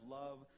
love